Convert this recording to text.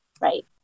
right